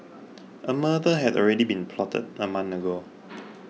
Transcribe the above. a murder had already been plotted a month ago